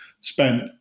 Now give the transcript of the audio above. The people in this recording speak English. spent